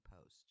Post